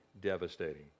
devastating